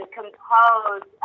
compose